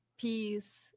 peace